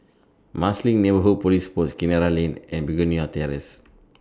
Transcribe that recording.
Marsiling Neighbourhood Police Post Kinara Lane and Begonia Terrace